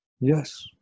yes